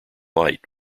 light